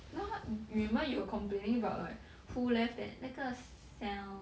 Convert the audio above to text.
know how remember you were complaining about who left that 那个 sel~